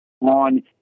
on